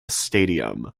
stadium